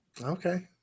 Okay